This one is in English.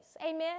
amen